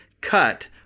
cut